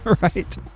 Right